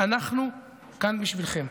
אנחנו כאן בשבילכם.